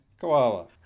Koala